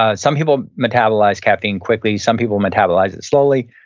ah some people metabolize caffeine quickly, some people metabolize it slowly,